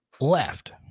left